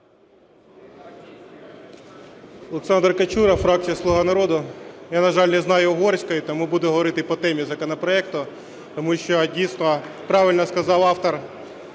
Олександр Качура, фракція "Слуга народу". Я, на жаль, не знаю угорської, тому буду говорити по темі законопроекту. Тому що дійсно, правильно сказав автор